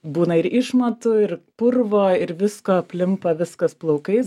būna ir išmatų ir purvo ir visko aplimpa viskas plaukais